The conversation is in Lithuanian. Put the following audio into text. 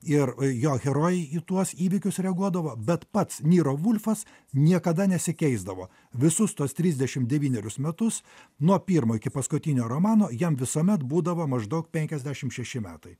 ir jo herojai į tuos įvykius reaguodavo bet pats niro vulfas niekada nesikeisdavo visus tuos trisdešimt devynerius metus nuo pirmo iki paskutinio romano jam visuomet būdavo maždaug penkiasdešimt šeši metai